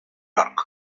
york